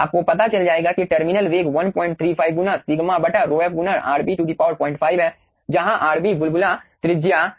आपको पता चल जाएगा कि टर्मिनल वेग 135 गुना σ बटा ρf गुना Rb 05 है जहां Rb बुलबुला त्रिज्या है